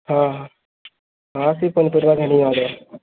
ହଁ ସେ ପନିପରିବା ଘିନିଯିମା ରହ